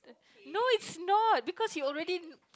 no is not because you already